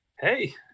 Hey